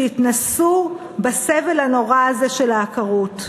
שהתנסו בסבל הנורא הזה של העקרות.